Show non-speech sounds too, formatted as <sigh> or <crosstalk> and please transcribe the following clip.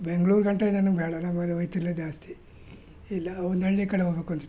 ಬೆಂಗ್ಳೂರು ಗಂಟ <unintelligible> ಬೇಡ ನಾವೇನು ಹೋಗ್ತಿಲ್ಲ ಜಾಸ್ತಿ ಇಲ್ಲೇ ಒಂದು ಹಳ್ಳಿ ಕಡೆ ಹೋಗ್ಬೇಕು ಅಂತ ಇಟ್ಕೊಳ್ಳಿ